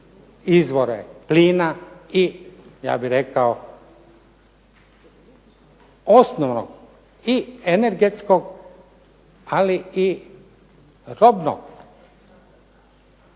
izvore plina i ja bih rekao osnovnog i energetskog, ali i robnog